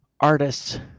artists